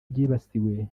byibasiwe